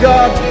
God